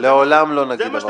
לעולם לא נגיד דבר כזה.